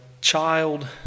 child